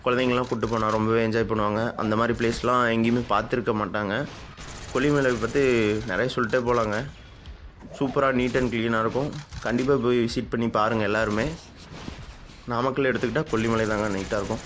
கொழந்தைங்கெல்லாம் கூட்டுப் போனால் ரொம்பவே என்ஜாய் பண்ணுவாங்க அந்த மாதிரி பிளேஸ்செல்லாம் எங்கேயுமே பார்த்துருக்க மாட்டாங்க கொல்லி மலை பற்றி நிறைய சொல்லிட்டே போகலாங்க சூப்பராக நீட் அண்ட் க்ளீனாக இருக்கும் கண்டிப்பாக போய் விசிட் பண்ணிப் பாருங்கள் எல்லாேருமே நாமக்கல் எடுத்துக்கிட்டால் கொல்லி மலை தாங்க நீட்டாக இருக்கும்